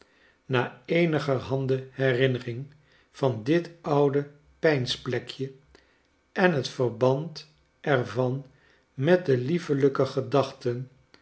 na eenigerhande herinnering van dit oude peins plekje en het verband er van met de liefelijke gedachten